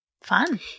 Fun